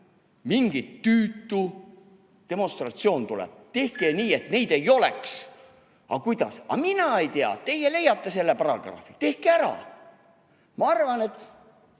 mingi tüütu demonstratsioon tuleb, tehke nii, et neid ei oleks." – "Aga kuidas?" – "Mina ei tea, teie leiate selle paragrahvi, tehke ära." Ma arvan, et